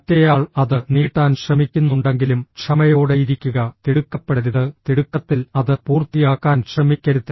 മറ്റേയാൾ അത് നീട്ടാൻ ശ്രമിക്കുന്നുണ്ടെങ്കിലും ക്ഷമയോടെയിരിക്കുക തിടുക്കപ്പെടരുത് തിടുക്കത്തിൽ അത് പൂർത്തിയാക്കാൻ ശ്രമിക്കരുത്